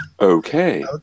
Okay